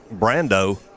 Brando